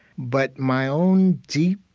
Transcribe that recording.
but my own deep,